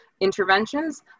interventions